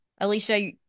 Alicia